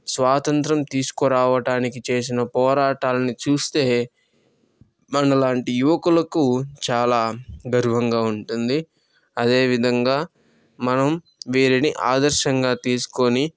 స్వాతంత్రం తీసుకోరావడానికి చేసిన పోటాలని చూస్తే మనలాంటి యువకులకు చాలా గర్వంగా ఉంటుంది అదేవిధంగా మనం వీరిని ఆదర్శంగా తీసుకొని